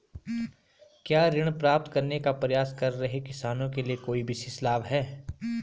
क्या ऋण प्राप्त करने का प्रयास कर रहे किसानों के लिए कोई विशेष लाभ हैं?